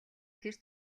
тэр